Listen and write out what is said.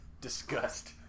disgust